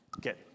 get